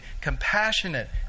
compassionate